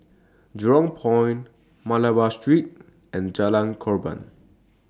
Jurong Point Malabar Street and Jalan Korban